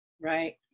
Right